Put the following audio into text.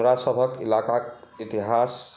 हमरा सभक इलाकाक इतिहास